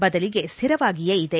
ಬದಲಿಗೆ ಸ್ಲಿರವಾ ಗಿಯೇ ಇದೆ